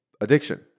addiction